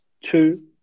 Two